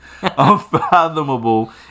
unfathomable